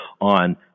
on